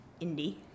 indie